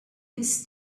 his